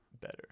better